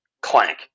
clank